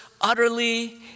utterly